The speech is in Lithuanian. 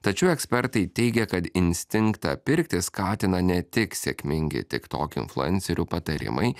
tačiau ekspertai teigia kad instinktą pirkti skatina ne tik sėkmingi tik tokių influencerių patarimai